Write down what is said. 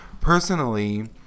Personally